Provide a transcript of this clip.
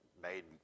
made